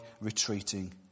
retreating